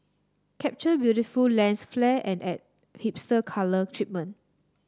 capture beautiful lens flare and add hipster colour treatment